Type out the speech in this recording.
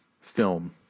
film